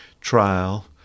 trial